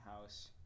house